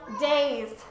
days